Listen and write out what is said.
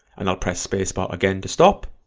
and i'll press spacebar again to stop,